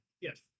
Yes